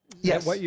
Yes